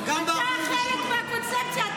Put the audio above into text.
אתה חלק מהקונספציה.